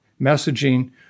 messaging